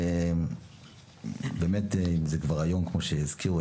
באמת כמו שהזכירו,